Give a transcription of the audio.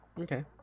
Okay